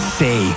say